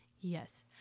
Yes